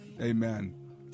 Amen